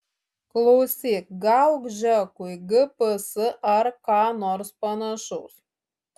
klausyk gauk džekui gps ar ką nors panašaus